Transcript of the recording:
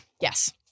Yes